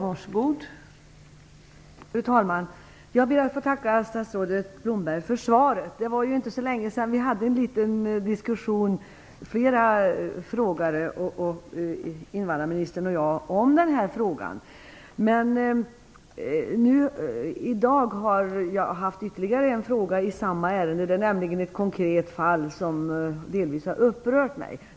Fru talman! Jag ber att få tacka statsrådet Blomberg för svaret. Det var inte så länge sedan vi hade en liten diskussion flera frågeställare, invandrarministern och jag om denna fråga. I dag har jag debatterat ytterligare en fråga i samma ärende. Det är nämligen ett konkret fall som delvis har upprört mig.